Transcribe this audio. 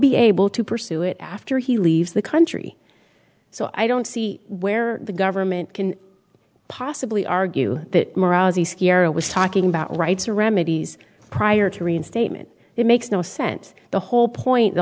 be able to pursue it after he leaves the country so i don't see where the government can possibly argue that it was talking about rights or remedies prior to reinstatement it makes no sense the whole point the